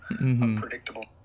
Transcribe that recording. unpredictable